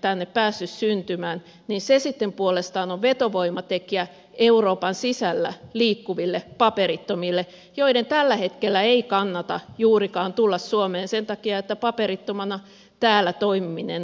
tänne päässyt syntymään niin se sitten puolestaan on vetovoimatekijä euroopan sisällä liikkuville paperittomille joiden tällä hetkellä ei kannata juurikaan tulla suomeen sen takia että paperittomana täällä toimiminen on niin hankalaa